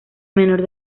menor